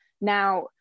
Now